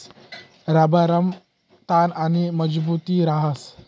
रबरमा ताण आणि मजबुती रहास